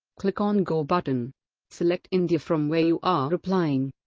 click um go but and select india from where you are applying